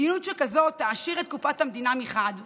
מדיניות כזאת תעשיר את קופת המדינה מחד גיסא,